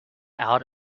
out